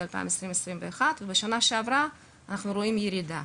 2021 ובשנה שעברה אנחנו יכולים לראות שהייתה ירידה.